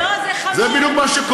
לא, זה חמור, זה בדיוק מה שקורה.